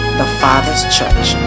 thefatherschurch